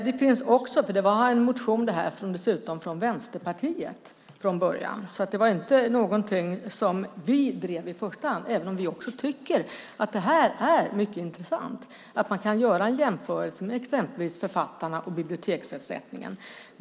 Det där var dessutom en motion från Vänsterpartiet från början, så det var inte någonting som vi drev i första hand, även om vi också tycker att det här är mycket intressant och att man kan göra en jämförelse med exempelvis författarna och biblioteksersättningen.